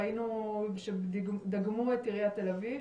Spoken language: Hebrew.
ראינו שדגמו את עיריית תל אביב,